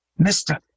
Mr